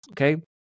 Okay